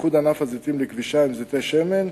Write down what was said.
איחוד ענף הזיתים לכבישה עם זיתי שמן,